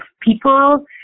people